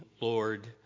Lord